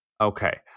Okay